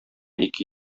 ике